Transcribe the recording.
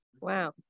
Wow